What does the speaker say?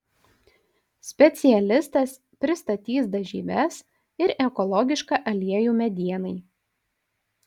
specialistas pristatys dažyves ir ekologišką aliejų medienai